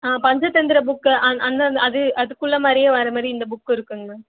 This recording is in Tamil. ஆ பஞ்சதந்திர புக்கு அந்த அந்த அது அதுக்குள்ள மாதிரியே வரமாதிரி இந்த புக்கு இருக்குங்க மேம்